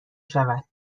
شود